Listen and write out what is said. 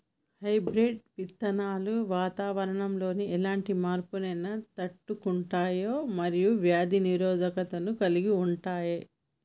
hybrid విత్తనాలు వాతావరణంలోని ఎలాంటి మార్పులనైనా తట్టుకుంటయ్ మరియు వ్యాధి నిరోధకతను కలిగుంటయ్